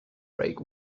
break